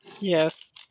yes